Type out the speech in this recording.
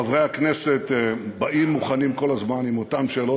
חברי הכנסת הבאים מוכנים כל הזמן עם אותן שאלות,